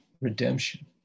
redemption